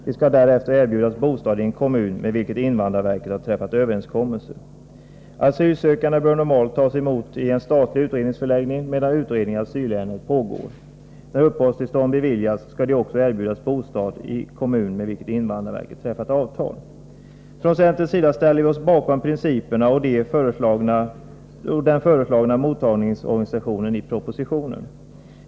De skall därefter erbjudas bostad i en kommun med vilken invandrarverket har träffat överenskommelse. Asylsökande bör normalt tas emot i en statlig utredningsförläggning medan utredning i asylärendet pågår. När uppehållstillstånd beviljats skall de också erbjudas bostad i kommun med vilken invandrarverket har träffat avtal. Från centerns sida ställer vi oss bakom principerna och den i propositionen föreslagna mottagningsorganisationen.